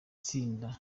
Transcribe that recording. tsinda